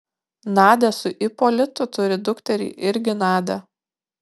nadia su ipolitu turi dukterį irgi nadią